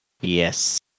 Yes